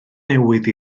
newydd